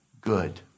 Good